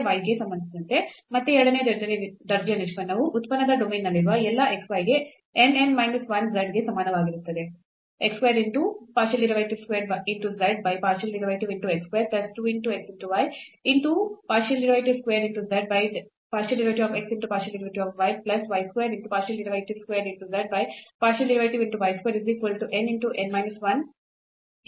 y ಗೆ ಸಂಬಂಧಿಸಿದಂತೆ ಮತ್ತೆ ಎರಡನೇ ದರ್ಜೆಯ ನಿಷ್ಪನ್ನವು ಉತ್ಪನ್ನದ ಡೊಮೇನ್ನಲ್ಲಿರುವ ಎಲ್ಲಾ xy ಗೆ n n minus 1 z ಗೆ ಸಮಾನವಾಗಿರುತ್ತದೆ